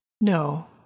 No